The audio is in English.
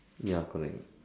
ya correct